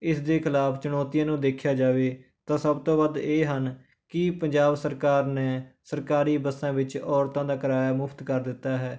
ਇਸ ਦੇ ਖ਼ਿਲਾਫ਼ ਚੁਣੌਤੀਆਂ ਨੂੰ ਦੇਖਿਆ ਜਾਵੇ ਤਾਂ ਸਭ ਤੋਂ ਵੱਧ ਇਹ ਹਨ ਕਿ ਪੰਜਾਬ ਸਰਕਾਰ ਨੇ ਸਰਕਾਰੀ ਬੱਸਾਂ ਵਿੱਚ ਔਰਤਾਂ ਦਾ ਕਿਰਾਇਆ ਮੁਫ਼ਤ ਕਰ ਦਿੱਤਾ ਹੈ